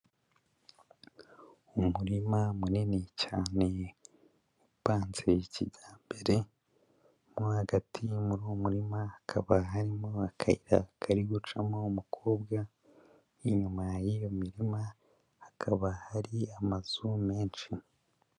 Umurima munini cyane upanze kijyambere, mo hagati muri uwo murima hakaba harimo akayira kari gucamo umukobwa, inyuma y'iyo mirima hakaba hari amazu menshi.